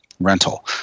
Rental